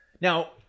Now